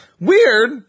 Weird